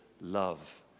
love